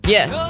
Yes